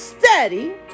Steady